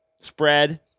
spread